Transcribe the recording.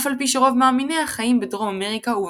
אף על-פי שרוב מאמיניה חיים בדרום אמריקה ובפיליפינים.